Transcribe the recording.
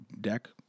deck